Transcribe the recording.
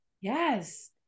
Yes